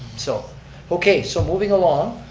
so okay, so, moving along.